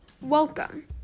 Welcome